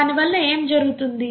దాని వల్ల ఏమి జరుగుతుంది